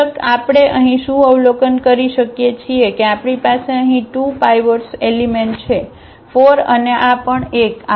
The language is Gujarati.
નિરીક્ષક આપણે અહીં શું અવલોકન કરી શકીએ છીએ કે આપણી પાસે અહીં 2 પાઇવોટ્સ એલિમેન્ટ છે 4 અને આ પણ 1